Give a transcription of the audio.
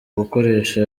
gukoresha